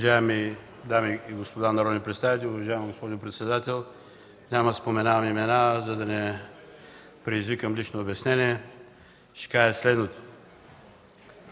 дами и господа народни представители, уважаема госпожо председател! Няма да споменавам имена, за да не предизвикам лични обяснения. Ще кажа следното.